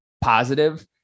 positive